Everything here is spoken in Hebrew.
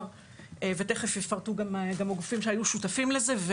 תכף יפרטו גם הגופים שהיו שותפים לזה.